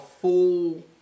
full